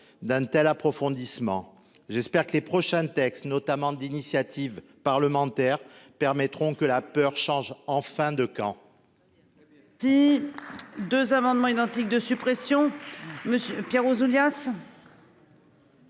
encore loin. J'espère que les prochains textes, notamment d'initiative parlementaire, permettront que la peur change enfin de camp